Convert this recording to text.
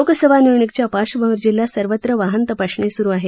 लोकसभा निवडण्कीच्या पार्श्वभूमीवर जिल्ह्यात सर्वत्र वाहन तपासणी स्रू आहे